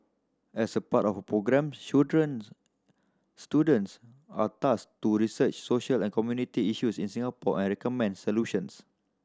as a part of the programme children students are tasked to research social and community issues in Singapore and recommend solutions